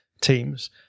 teams